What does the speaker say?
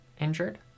injured